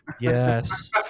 yes